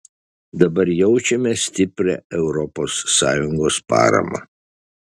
dabar jaučiame stiprią europos sąjungos paramą